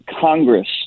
Congress